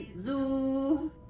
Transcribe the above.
zoo